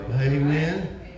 Amen